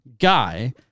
guy